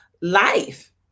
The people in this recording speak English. life